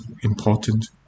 important